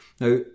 Now